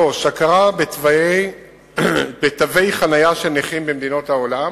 3. הכרה בתווי חנייה של נכים במדינות העולם,